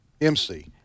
M-C